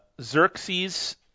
Xerxes